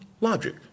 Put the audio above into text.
logic